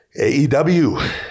AEW